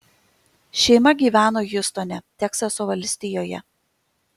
šeima gyveno hjustone teksaso valstijoje